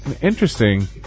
Interesting